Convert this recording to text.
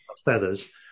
Feathers